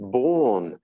born